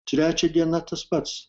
trečią dieną tas pats